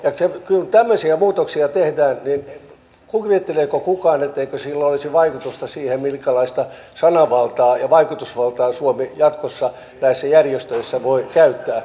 kun tämmöisiä muutoksia tehdään kuvitteleeko kukaan etteikö sillä olisi vaikutusta siihen minkälaista sananvaltaa ja vaikutusvaltaa suomi jatkossa näissä järjestöissä voi käyttää